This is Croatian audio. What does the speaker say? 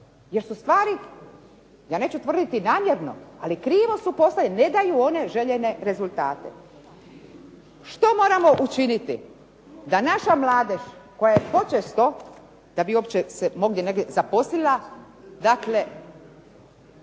jer su stvari, ja neću tvrditi namjerno, ali krivo su postavljene, ne daju one željene rezultate. Što moramo učiniti da naša mladež koja je počesto, da bi uopće se ovdje negdje zaposlila, dakle